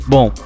Bom